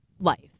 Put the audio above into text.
life